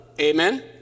Amen